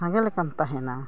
ᱥᱟᱸᱜᱮ ᱞᱮᱠᱟᱢ ᱛᱟᱦᱮᱱᱟ